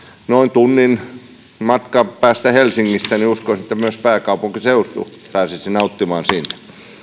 tunnin matkan päästä helsingistä niin että uskoisin että myös pääkaupunkiseutu pääsisi nauttimaan siitä